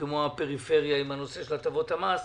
כמו הפריפריה עם הנושא של הטבות המס.